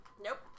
Nope